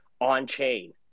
on-chain